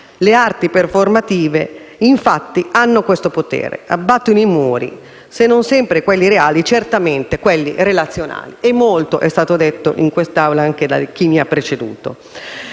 Le arti performative, infatti, hanno il potere di abbattere i muri, se non sempre quelli reali, certamente quelli relazionali - e molto è stato detto in questa Assemblea da chi mi ha preceduto